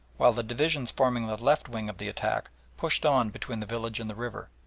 while the divisions forming the left wing of the attack pushed on between the village and the river.